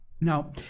Now